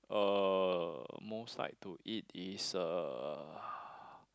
uh most like to eat is uh